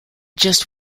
just